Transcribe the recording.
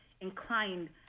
inclined